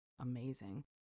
amazing